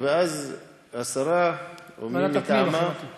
ואז השרה או מי מטעמה, בוועדת הפנים.